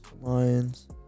Lions